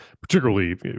particularly